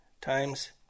times